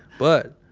but,